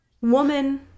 woman